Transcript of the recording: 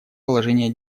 положение